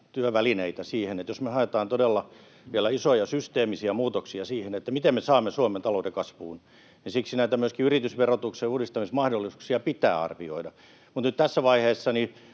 työvälineitä siihen, että jos me haetaan todella vielä isoja systeemisiä muutoksia siihen, miten me saamme Suomen talouden kasvuun, ja siksi myöskin näitä yritysverotuksen uudistamismahdollisuuksia pitää arvioida. Mutta nyt tässä vaiheessa